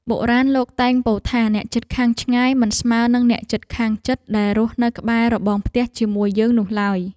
បុរាណលោកតែងពោលថាអ្នកជិតខាងឆ្ងាយមិនស្មើនឹងអ្នកជិតខាងជិតដែលរស់នៅក្បែររបងផ្ទះជាមួយយើងនោះឡើយ។